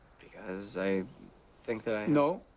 because, i think that i no,